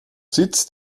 sitz